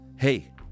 Hey